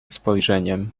spojrzeniem